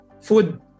food